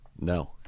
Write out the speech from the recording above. No